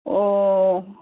ᱚ